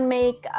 make